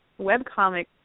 webcomic